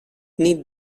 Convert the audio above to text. nit